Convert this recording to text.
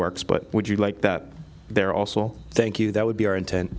works but would you like that there also thank you that would be our intent